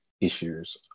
issues